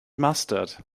mustard